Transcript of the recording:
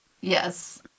Yes